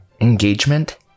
engagement